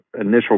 initial